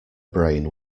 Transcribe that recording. brain